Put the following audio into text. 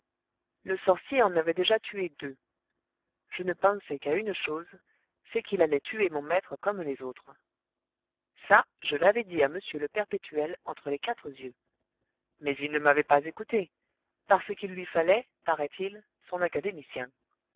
le sorcier en avait déjà tué deux je ne pensais qu'à une chose c'est qu'il allait tuer mon maître comme les autres ça je l'avais dit à m le perpétuel entre les quatre z'yeux mais il ne m'avait pas écoutée parce qu'il lui fallait paraît-il son académicien